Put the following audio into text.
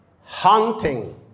hunting